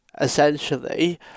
essentially